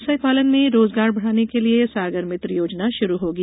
मत्स्य पालन में रोजगार बढ़ाने के लिये सागर मित्र योजना शुरू होगी